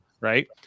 right